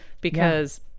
because-